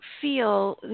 feel